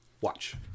watch